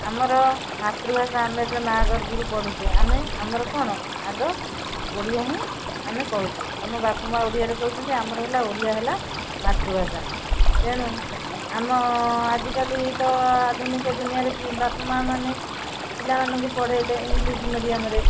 ଆମର ମାତୃଭାଷା ଆମେ ଯେତେବେଳେ ମାଆ ଗର୍ଭରୁ ପଢ଼ୁଛେ ଆମେ ଆମର କ'ଣ ଆଗ ଓଡ଼ିଆ ହିଁ ଆମେ କହୁଛେ ଆମ ବାପା ମାଆ ଓଡ଼ିଆରେ କହୁଛନ୍ତି ଆମର ହେଲା ଓଡ଼ିଆ ହେଲା ମାତୃଭାଷା ତେଣୁ ଆମ ଆଜିକାଲି ତ ଆଧୁନିକ ଦୁନିଆରେ ବାପା ମାଆ ମାନେ ପିଲାମାନଙ୍କୁ ପଢ଼େଇଲେ ଇଂଲିଶ୍ ମିଡ଼ିଅମ୍ରେ